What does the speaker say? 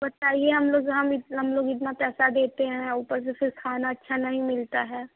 बताइए हम लोग हम हम लोग इतना पैसा देते हैं ऊपर से फ़िर खाना अच्छा नहीं मिलता है